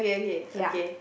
ya